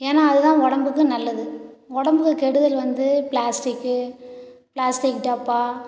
ஏன்னா அதுதான் உடம்புக்கு நல்லது உடம்புக்கு கெடுதல் வந்து பிளாஸ்டிக்கு பிளாஸ்டிக் டப்பா